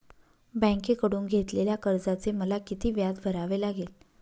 बँकेकडून घेतलेल्या कर्जाचे मला किती व्याज भरावे लागेल?